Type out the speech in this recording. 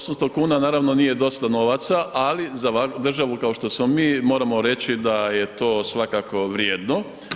800,00 kn naravno nije dosta novaca, ali za državu kao što smo mi moramo reći da je to svakako vrijedno.